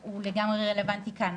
שהוא לגמרי רלוונטי כאן,